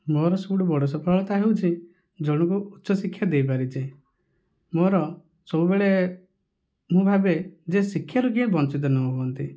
ମୋ'ର ସବୁଠୁ ବଡ଼ ସଫଳତା ହେଉଛି ଜଣକୁ ଉଚ୍ଚ ଶିକ୍ଷା ଦେଇପାରିଛି ମୋ'ର ସବୁବେଳେ ମୁଁ ଭାବେ ଯେ ଶିକ୍ଷାରୁ କେହି ବଞ୍ଚିତ ନ ହୁଅନ୍ତି